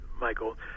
Michael